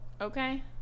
okay